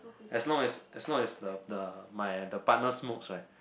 as long as as long as the the my the partner smoke right